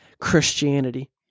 Christianity